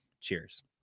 Cheers